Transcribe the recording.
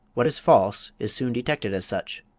what is false is soon detected as such.